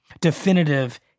definitive